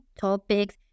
topics